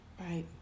Right